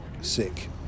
sick